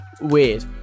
Weird